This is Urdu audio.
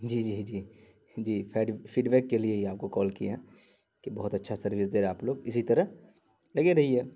جی جی جی جی فیڈ فیڈ بیک کے لیے ہی آپ کو کال کیے ہیں کہ بہت اچھا سروس دے رہے ہیں آپ لوگ اسی طرح لگے رہیے